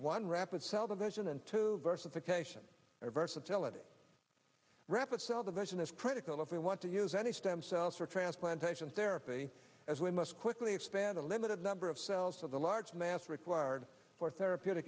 one rapid cell division into versification versatility rapid cell the vision is critical if we want to use any stem cells for transplantation therapy as we must quickly expand a limited number of cells of the large mass required for therapeutic